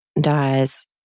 dies